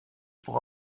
pour